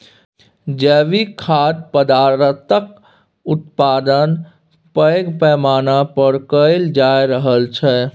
जैविक खाद्य पदार्थक उत्पादन पैघ पैमाना पर कएल जा रहल छै